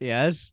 Yes